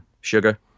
Sugar